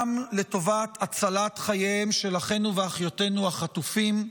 לטובת הצלת חייהם של אחינו ואחיותינו החטופים,